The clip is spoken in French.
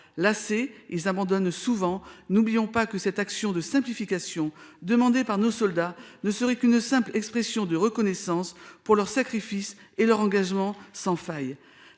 lassés ils abandonnent souvent, n'oublions pas que cette action de simplification demandées par nos soldats ne serait qu'une simple expression de reconnaissance pour leurs sacrifices et leur engagement sans faille.